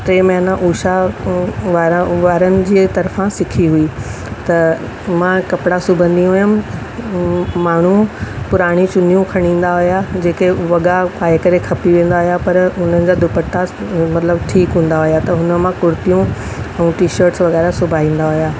टे महीना ऊ ऊषा वारा वारनि जे तर्फ़ां सिखी हुई त मां कपिड़ा सुबंदी हुयमि माण्हू पुराणियूं सिनियूं खणी ईंदा हुआ जेके वॻा पाए करे खपी वेंदा हुया पर हुननि जा दुपटा मतिलबु ठीकु हूंदा हुया त हुननि मां कुर्तियूं ऐं टीशर्टस वग़ैरह सुबाईंदा हुया